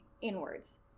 inwards